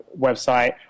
website